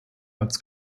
als